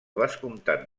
vescomtat